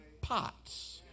pots